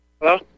Hello